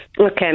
Okay